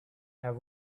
have